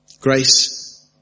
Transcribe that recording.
Grace